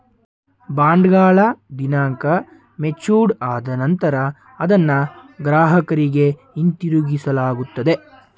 ಬಾಂಡ್ಗಳ ದಿನಾಂಕ ಮೆಚೂರ್ಡ್ ಆದ ನಂತರ ಅದನ್ನ ಗ್ರಾಹಕರಿಗೆ ಹಿಂತಿರುಗಿಸಲಾಗುತ್ತದೆ